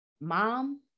Mom